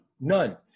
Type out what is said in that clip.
None